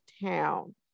town